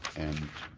and